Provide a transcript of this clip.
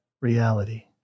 reality